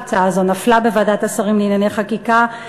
ההצעה הזאת נפלה בוועדת השרים לענייני חקיקה,